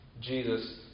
Jesus